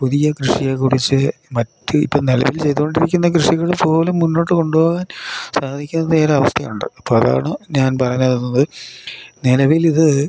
പുതിയ കൃഷിയെക്കുറിച്ച് മറ്റ് ഇപ്പം നിലവിൽ ചെയ്തുകൊണ്ടിരിക്കുന്ന കൃഷികൾപോലും മുന്നോട്ടുകൊണ്ടുപോവാൻ സാധിക്കാത്ത ഈ ഒരു അവസ്ഥയുണ്ട് അപ്പോൾ അതാണ് ഞാൻ പറഞ്ഞുവന്നത് നിലവിൽ ഇത്